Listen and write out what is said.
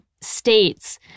States